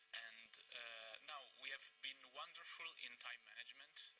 and now, we have been wonderful in time management,